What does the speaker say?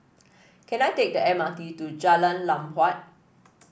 can I take the M R T to Jalan Lam Huat